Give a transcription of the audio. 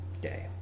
day